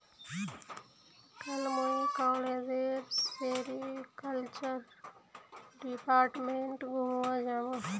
कल मुई कॉलेजेर सेरीकल्चर डिपार्टमेंट घूमवा जामु